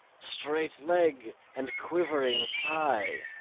straight leg, and quivering thigh,